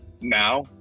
now